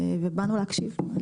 ובאנו להקשיב.